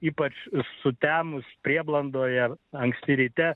ypač sutemus prieblandoje anksti ryte